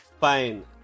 fine